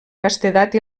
castedat